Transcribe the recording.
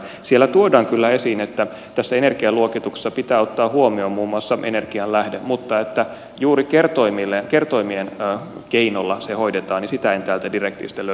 siellä tuodaan kyllä esiin että tässä energialuokituksessa pitää ottaa huomioon muun muassa energianlähde mutta sitä että juuri kertoimien keinolla se hoidetaan en täältä direktiivistä löytänyt